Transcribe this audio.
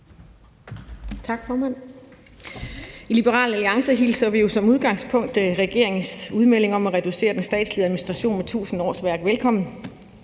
I Liberal Alliance hilser vi jo som udgangspunkt regeringens udmelding om at reducere den statslige administration med tusind årsværk velkommen.